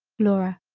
laura